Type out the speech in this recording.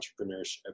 entrepreneurship